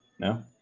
No